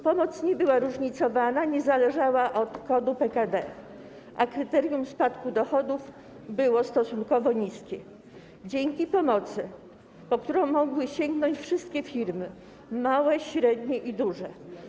Pomoc nie była różnicowana, nie zależała od kodu PKD, a kryterium spadku dochodów było stosunkowo niskie dzięki pomocy, po którą mogły sięgnąć wszystkie firmy, małe, średnie i duże.